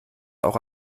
auch